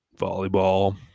volleyball